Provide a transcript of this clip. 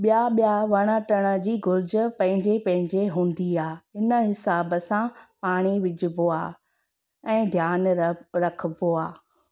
ॿिया ॿिया वण टिण जी घुर्ज पंहिंजे पंहिंजे हूंदी आहे इन हिसाब सां पाणी विझिबो आहे ऐं ध्यानु रखिबो आहे